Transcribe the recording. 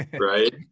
Right